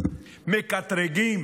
מקטרגים